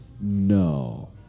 No